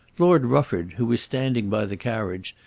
lord rufford, who was standing by the carriage,